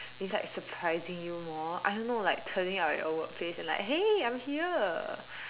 it's like surprising you more I don't know like turning up at your work place and like hey I'm here